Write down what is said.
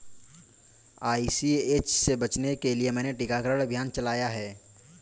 ICH से बचने के लिए मैंने टीकाकरण अभियान चलाया है